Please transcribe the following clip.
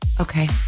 Okay